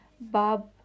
Bob